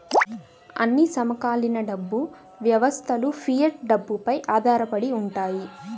అన్ని సమకాలీన డబ్బు వ్యవస్థలుఫియట్ డబ్బుపై ఆధారపడి ఉంటాయి